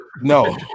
No